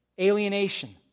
alienation